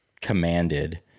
commanded